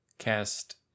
cast